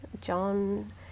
John